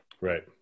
Right